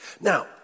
Now